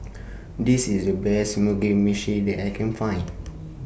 This IS The Best Mugi Meshi that I Can Find